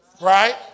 Right